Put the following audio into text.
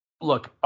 look